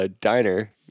diner